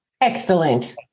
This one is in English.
Excellent